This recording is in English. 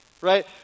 Right